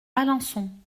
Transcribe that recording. alençon